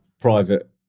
private